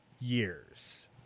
years